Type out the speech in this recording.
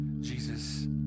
Jesus